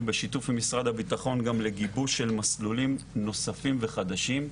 בשיתוף משרד הביטחון גם לגיבוש של מסלולים נוספים וחדשים,